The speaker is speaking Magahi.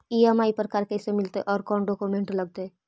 ई.एम.आई पर कार कैसे मिलतै औ कोन डाउकमेंट लगतै?